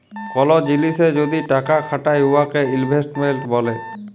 call জিলিসে যদি টাকা খাটায় উয়াকে ইলভেস্টমেল্ট ব্যলে